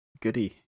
Goody